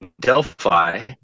Delphi